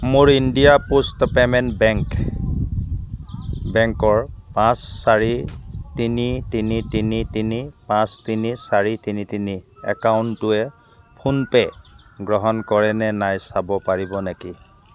মোৰ India post payment bank বেংকৰ পাঁচ চাৰি তিনি তিনি তিনি তিনি পাঁচ তিনি চাৰি তিনি তিনি একাউণ্টটোৱে ফোনপে' গ্ৰহণ কৰে নে নাই চাব পাৰিব নেকি